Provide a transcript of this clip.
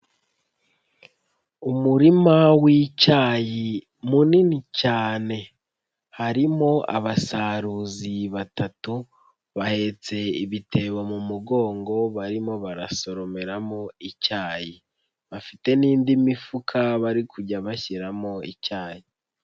Umurima w'icyayi munini cyane harimo abasaruzi batatu bahetse ibitebo mu mugongo barimo barasoromeramo icyayi, bafite n'indi mifuka bari kujya bashyiramo icyayi.